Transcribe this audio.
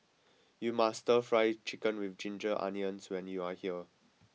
you must try Stir Fry Chicken with ginger onions when you are here